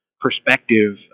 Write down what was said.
Perspective